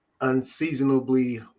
unseasonably